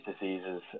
diseases